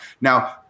Now